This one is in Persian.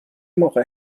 موقع